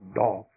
dog